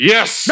Yes